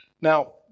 Now